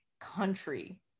country